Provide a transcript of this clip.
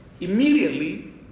immediately